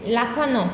লাফানো